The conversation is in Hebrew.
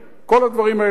כל הדברים האלה יחד.